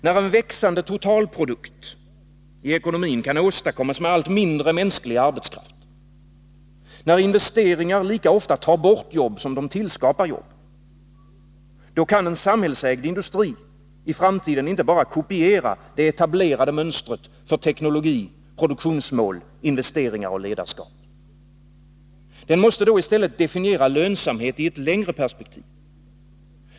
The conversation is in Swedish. När en växande totalprodukt i ekonomin kan åstadkommas med allt mindre mänsklig arbetskraft, när investeringar lika ofta tar bort jobb som de tillskapar jobb — då kan en samhällsägd industri i framtiden inte bara kopiera det etablerade mönstret för teknologi, produktionsmål, investeringar och ledarskap. Den måste då i stället definiera lönsamhet i ett längre perspektiv.